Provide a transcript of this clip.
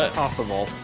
possible